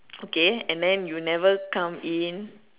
okay and then you never come in